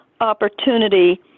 opportunity